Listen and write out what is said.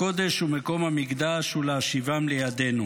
את עיר הקודש ומקום המקדש, ולהשיבם לידינו.